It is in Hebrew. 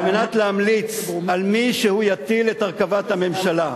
מנת להמליץ על מי הוא יטיל את הרכבת הממשלה.